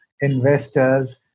investors